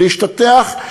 להשתטח.